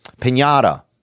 Pinata